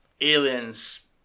aliens